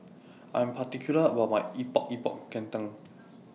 I'm particular about My Epok Epok Kentang